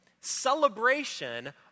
celebration